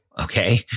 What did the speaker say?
okay